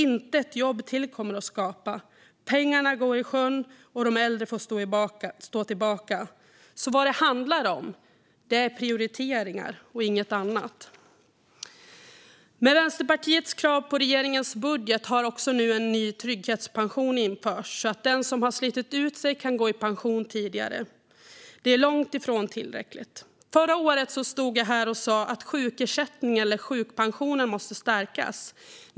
Inte ett jobb till kommer att skapas. Pengarna går i sjön, och de äldre får stå tillbaka. Vad det handlar om är prioriteringar och inget annat. Med Vänsterpartiets krav på regeringens budget har också nu en ny trygghetspension införts så att den som slitit ut sig kan gå i pension tidigare. Men det är långt ifrån tillräckligt. Förra året stod jag här och sa att sjukersättningen eller sjukpensionen måste stärkas.